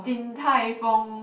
Din-Tai-Fung